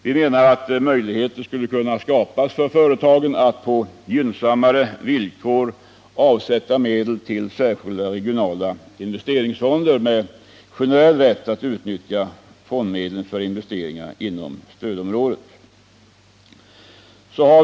Vi menar att möjligheter skulle kunna skapas för företagen att på gynnsammare villkor avsätta medel till särskilda regionala investeringsfonder med generell rätt att utnyttja fondmedlen för investeringar inom stödområdet.